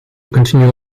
continue